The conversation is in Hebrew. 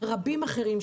רבים אחרים,